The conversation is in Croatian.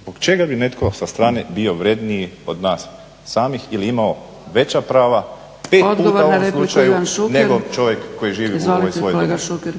zbog čega bi netko sa strane bio vredniji od nas samih ili imao veća prava pet puta u ovom slučaju… **Zgrebec, Dragica (SDP)** Odgovor